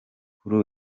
kuri